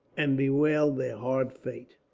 and bewailed their hard fate.